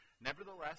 Nevertheless